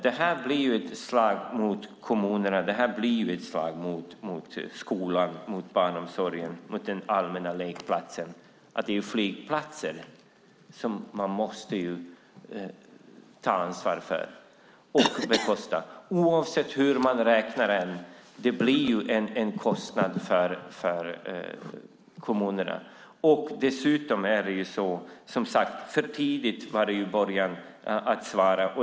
Detta blir ett slag mot kommunerna. Det blir ett slag mot skolan, barnomsorgen och den allmänna lekplatsen om man måste ta ansvar för och bekosta flygplatsen. Oavsett hur man räknar blir det en kostnad för kommunerna. I början var det för tidigt att svara.